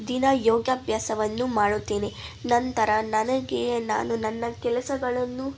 ದಿನಾ ಯೋಗಾಭ್ಯಾಸವನ್ನು ಮಾಡುತ್ತೇನೆ ನಂತರ ನನಗೆ ನಾನು ನನ್ನ ಕೆಲಸಗಳನ್ನು